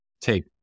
take